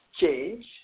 change